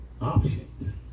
options